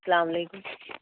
سلام علیکم